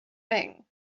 thing